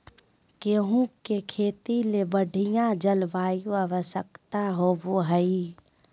गेहूँ के खेती ले बढ़िया जलवायु आवश्यकता होबो हइ